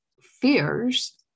fears